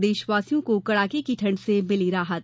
प्रदेशवासियों को कड़ाके की ठंड से मिली राहत